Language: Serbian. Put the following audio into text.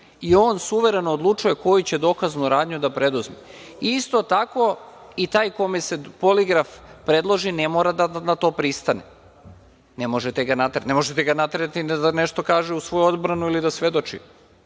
i on suvereno odlučuje koju će dokaznu radnu da preduzme. Isto tako i taj kome se poligraf predloži ne mora da na to pristane. Ne možete ga naterati. Ne možete ga naterati ni da nešto kaže u svoju odbranu ili da svedoči. Ima